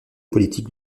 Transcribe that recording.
politique